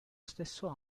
stesso